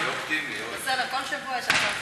הנושא בסדר-היום של הכנסת